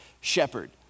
shepherd